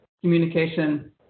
communication